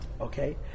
Okay